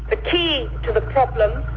ah key to the problem